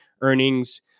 earnings